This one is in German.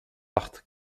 acht